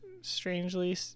strangely